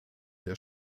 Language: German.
der